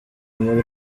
muri